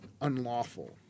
unlawful